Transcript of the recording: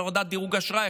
על הורדת דירוג האשראי,